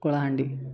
Kalahandi